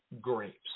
grapes